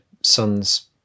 son's